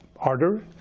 harder